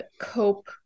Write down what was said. cope